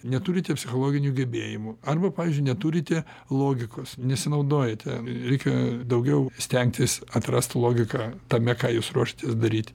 neturite psichologinių gebėjimų arba pavyzdžiui neturite logikos nesinaudojate reikia daugiau stengtis atrast logiką tame ką jūs ruošiatės daryti